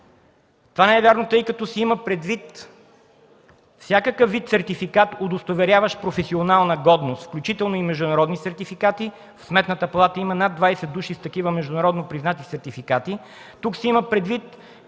Това не е вярно. Има се предвид всякакъв вид сертификат, удостоверяващ професионална годност, включително и международни сертификати, в Сметната палата има над 20 такива души с такива международно признати сертификати. Тук се имат предвид